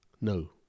No